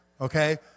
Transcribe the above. Okay